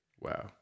Wow